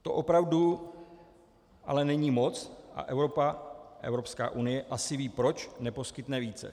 To opravdu ale není moc a Evropa, Evropská unie, asi ví, proč neposkytne více.